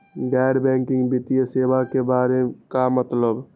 गैर बैंकिंग वित्तीय सेवाए के बारे का मतलब?